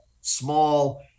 small